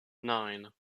nine